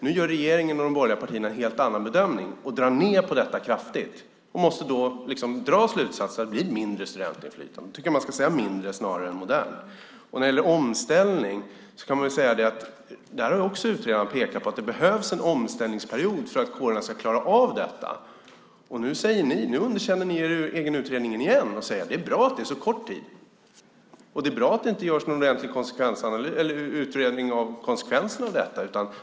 Nu gör regeringen och de borgerliga partierna en helt annan bedömning och drar kraftigt ned på detta. Då måste jag dra slutsatsen att det blir mindre studentinflytande. Då tycker jag att man ska säga "mindre" snarare än "modern". När det gäller omställning har utredaren också pekat på att det behövs en omställningsperiod för att kårerna ska klara av detta. Nu underkänner ni er egen utredning igen och säger att det är bra att det är så kort tid, och det är bra att det inte görs någon utredning av konsekvenserna av detta.